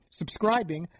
subscribing